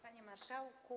Panie Marszałku!